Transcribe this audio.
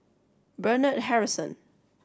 Bernard Harrison